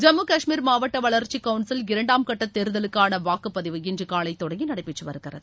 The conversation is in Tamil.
ஜம்மு காஷ்மீர் மாவட்ட வளர்ச்சி கவுன்சில் இரண்டாம் கட்ட தேர்தலுக்கான வாக்குப்பதிவு இன்று காலை தொடங்கி நடைபெற்று வருகிறது